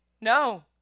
No